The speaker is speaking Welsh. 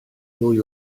ddwy